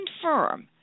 confirm